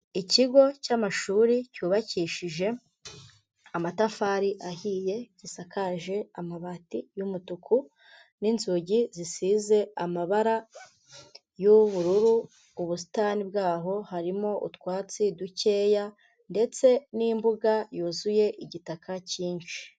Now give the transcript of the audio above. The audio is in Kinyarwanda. Ikigo cy'amashuri cyubakishije amatafari ahiye, gisakaje amabati y'umutuku, n'inzugi zisize amabara y'ubururu, ubusitani bwaho harimo utwatsi dukeya, ndetse n'imbuga yuzuye igitaka cyinshi.